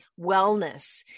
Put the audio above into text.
wellness